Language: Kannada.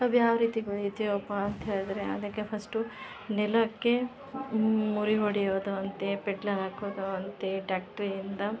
ಕಬ್ಬು ಯಾವರೀತಿ ಬೆಳಿತೀವಪ್ಪಾ ಅಂತ ಹೇಳಿದ್ರೆ ಅದಕ್ಕೆ ಫಸ್ಟು ನೆಲಕ್ಕೆ ಮುರಿ ಹೊಡಿಯೋದು ಅಂತೇ ಪೆಟ್ಲಾ ಹಾಕೋದು ಅಂತೇ ಟ್ಯಾಕ್ಟ್ರೀ ಇಂದ